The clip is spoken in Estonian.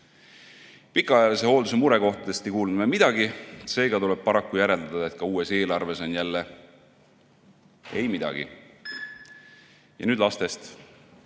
arvel. Pikaajalise hoolduse murekohtadest ei kuulnud me midagi, seega tuleb paraku järeldada, et ka uues eelarves on jälle ei midagi. Ja nüüd lastest. Ma